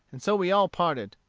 and so we all parted.